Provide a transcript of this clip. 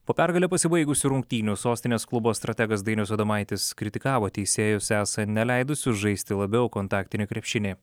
po pergale pasibaigusių rungtynių sostinės klubo strategas dainius adomaitis kritikavo teisėjus esą neleidusius žaisti labiau kontaktinį krepšinį